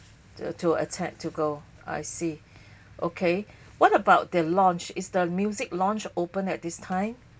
the to attempt to go I see okay what about the lounge is the music lounge open at this time